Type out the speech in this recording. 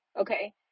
okay